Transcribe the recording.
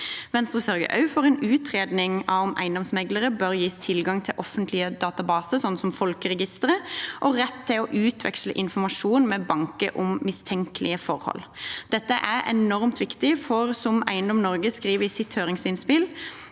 Venstre sørger også for en utredning av om eiendomsmeklere bør gis tilgang til offentlige databaser, som folkeregisteret, og rett til å utveksle informasjon med banker om mistenkelige forhold. Dette er enormt viktig, for, som Eiendom Norge skriver i sitt høringsinnspill: